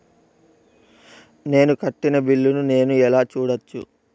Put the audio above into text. నేను కట్టిన బిల్లు ను నేను ఎలా చూడచ్చు?